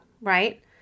right